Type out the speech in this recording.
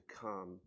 come